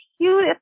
cutest